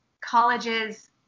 colleges